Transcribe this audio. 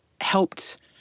helped